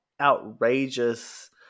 outrageous